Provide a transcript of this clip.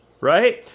Right